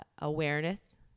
awareness